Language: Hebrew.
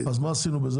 אז מה עשינו בזה?